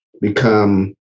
become